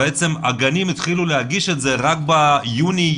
בעצם הגנים התחילו להגיש את זה רק ביוני-יולי.